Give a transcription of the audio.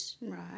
Right